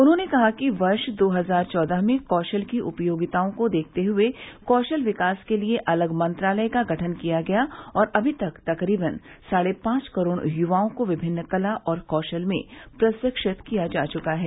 उन्होंने कहा कि वर्ष दो हजार चौदह में कौशल की उपयोगिता को देखते हुए कौशल विकास के लिए अलग मंत्रालय का गठन किया गया और अभी तक तकरीबन साढ़े पांच करोड़ युवाओं को विभिन्न कला और कौशल में प्रशिक्षित किया जा चुका है